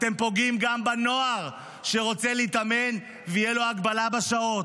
אתם פוגעים גם בנוער שרוצה להתאמן ותהיה לו הגבלה בשעות.